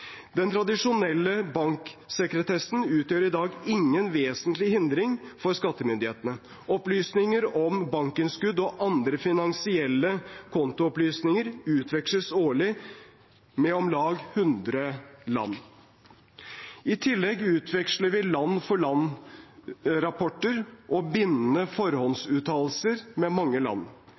Den tradisjonelle banksekretessen utgjør i dag ingen vesentlig hindring for skattemyndighetene. Opplysninger om bankinnskudd og andre finansielle kontoopplysninger utveksles årlig med om lag 100 land. I tillegg utveksler vi land-for-land-rapporter og bindende forhåndsuttalelser med mange land.